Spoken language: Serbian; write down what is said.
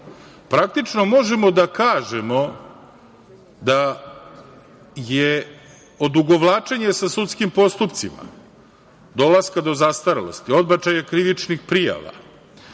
praktično možemo da kažemo da je odugovlačenje sa sudskim postupcima, dolaska do zastarelosti, odbačaja krivičnih prijava,